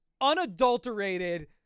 unadulterated